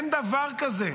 אין דבר כזה,